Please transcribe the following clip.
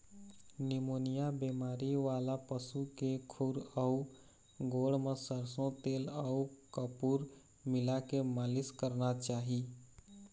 pneumonia बेमारी वाला पशु के खूर अउ गोड़ म सरसो तेल अउ कपूर मिलाके मालिस करना चाही